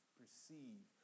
perceive